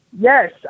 Yes